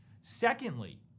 Secondly